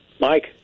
Mike